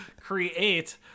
create